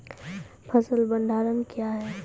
फसल भंडारण क्या हैं?